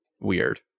weird